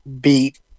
beat